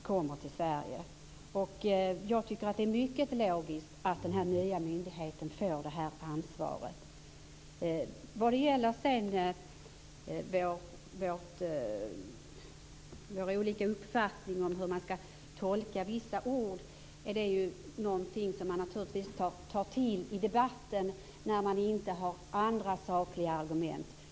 Jag tycker att det är logiskt att den nya myndigheten får det här ansvaret. Vad sedan gäller våra olika uppfattningar om hur vissa ord skall tolkas, är det naturligtvis någonting som man tar till i debatten när man inte har andra, sakliga argument.